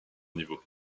niveau